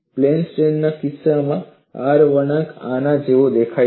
plane strain કેસના કિસ્સામાં R વળાંક આના જેવો દેખાય છે